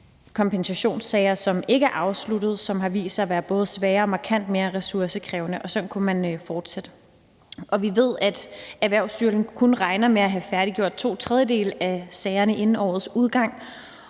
kompensationssager, som ikke er afsluttet, og som har vist sig at være både sværere og markant mere ressourcekrævende. Sådan kunne man fortsætte, og vi ved, at Erhvervsstyrelsen kun regner med at have færdiggjort to tredjedele af sagerne inden årets udgang,